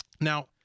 Now